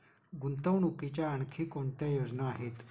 गुंतवणुकीच्या आणखी कोणत्या योजना आहेत?